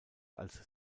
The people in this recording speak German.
als